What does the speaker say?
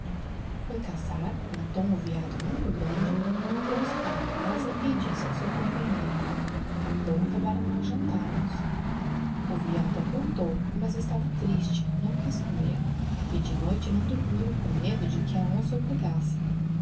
foi caçar matou um veado muito grande trouxe para casa e disse ao seu companheiro aprompta para nós jantarmos o veado apromptou mas estava triste não quiz comer e de noite não dormiu com medo de que a onça o pegasse